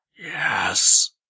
Yes